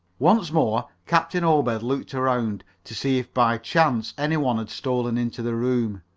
once more captain obed looked around to see if by chance any one had stolen into the room.